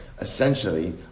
essentially